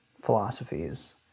philosophies